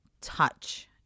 touch